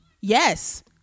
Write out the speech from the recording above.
Yes